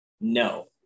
No